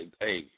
hey